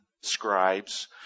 scribes